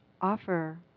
offer